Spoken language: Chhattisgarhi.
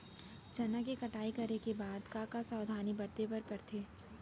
चना के कटाई करे के बाद का का सावधानी बरते बर परथे?